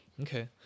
okay